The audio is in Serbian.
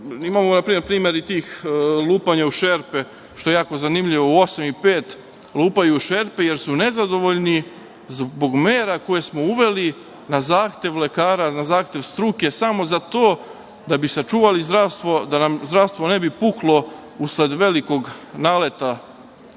pokušaj. Imamo primer i tih lupanja u šerpe, što je jako zanimljivo, u osam i pet lupaju u šerpe, jer su nezadovoljni zbog mera koje smo uveli na zahtev lekara, na zahtev struke, samo zato da bi sačuvali zdravstvo, da nam zdravstvo ne bi puklo usled velikog naleta